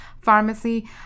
pharmacy